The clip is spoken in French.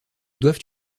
doivent